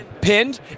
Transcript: pinned